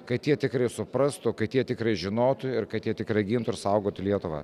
kad jie tikrai suprastų kad jie tikrai žinotų ir kad jie tikrai gintų ir saugotų lietuvą